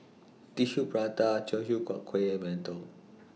Tissue Prata Teochew Huat Kuih mantou